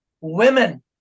Women